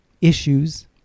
issues